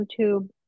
YouTube